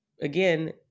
again